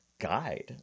guide